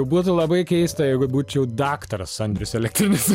būtų labai keista jeigu būčiau daktaras andrius elektrinis